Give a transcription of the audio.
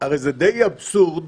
הרי זה די אבסורד.